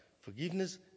Forgiveness